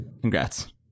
congrats